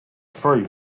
free